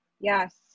Yes